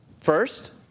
first